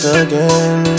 again